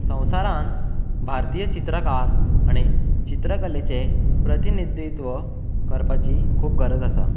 संवसारांत भारतीय चित्रकार आनी चित्रकलेचे प्रतिन्धित्व करपाची खूब गरज आसा